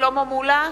שלמה מולה,